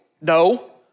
No